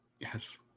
Yes